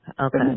okay